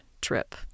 trip